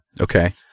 Okay